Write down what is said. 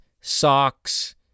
Socks